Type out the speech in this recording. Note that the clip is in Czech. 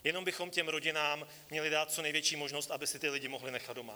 Jenom bychom rodinám měli dát co největší možnost, aby si ty lidi mohly nechat doma.